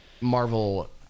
marvel